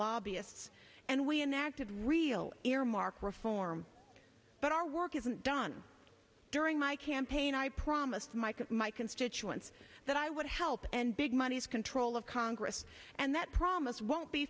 lobbyists and we enacted real earmark reform but our work isn't done during my campaign i promised mike my constituents that i would help and big money is control of congress and that promise won't be